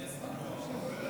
הסתייגות 6 לחלופין